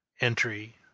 entry